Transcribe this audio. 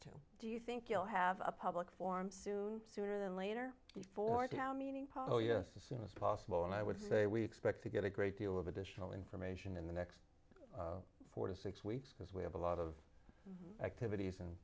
do you think you'll have a public form soon sooner than later before to now meaning paul yes as soon as possible and i would say we expect to get a great deal of additional information in the next four to six weeks because we have a lot of activities and